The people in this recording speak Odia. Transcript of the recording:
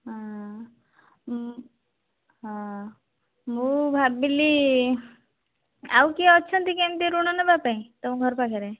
ହଁ ଉଁ ହଁ ମୁଁ ଭାବିଲି ଆଉ କିଏ ଅଛନ୍ତି କି ଋଣ ନେବାପାଇଁ ତୁମ ଘରପାଖରେ